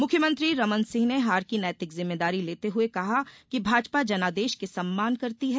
मुख्यमंत्री रमन सिंह ने हार की नैतिक जिम्मेदारी लेते हुए कहा कि भाजपा जनादेश का सम्मान करती है